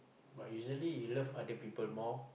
but usually you love other people more